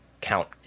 count